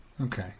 Okay